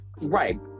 right